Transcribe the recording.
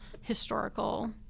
historical